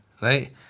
Right